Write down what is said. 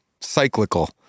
cyclical